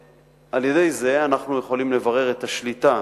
על-ידי זה אנחנו יכולים לברר את השליטה